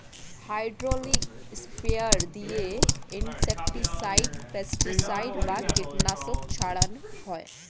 hydraulic sprayer দিয়ে insecticide, pesticide বা কীটনাশক ছড়ান হয়